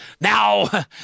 Now